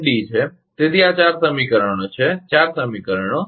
તેથી ત્યાં ચાર સમીકરણો છે ચાર સમીકરણો